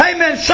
Amen